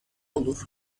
olur